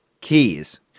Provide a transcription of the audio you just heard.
keys